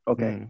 Okay